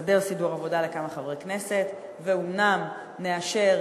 נסדר סידור עבודה לכמה חברי כנסת ואומנם נאשר